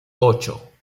ocho